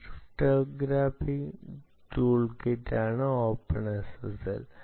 cryptographic ടൂൾകിറ്റാണ് OpenSSL